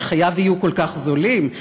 שחייו יהיו כל כך זולים,